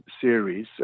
series